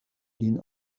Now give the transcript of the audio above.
lin